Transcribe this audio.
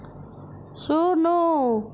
ଶୂନ